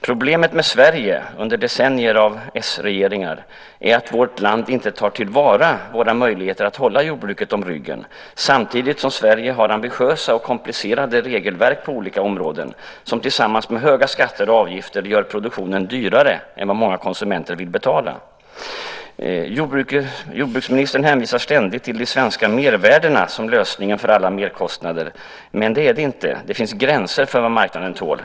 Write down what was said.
Problemet med Sverige under decennier av s-regeringar är att landet inte tar till vara våra möjligheter att hålla jordbruket om ryggen - detta samtidigt som Sverige har ambitiösa och komplicerade regelverk på olika områden som tillsammans med höga skatter och avgifter gör produktionen dyrare så att många konsumenter inte vill betala. Jordbruksministern hänvisar ständigt till de svenska mervärdena som lösningen för alla merkostnader. Men så är det inte. Det finns gränser för vad marknaden tål.